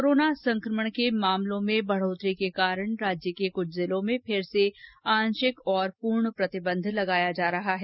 corona संक्रमण के मामलों में वृद्धि के कारण राज्य के कुछ जिलों में फिर से आंशिक और पूर्ण प्रतिबंध लगाए गये हैं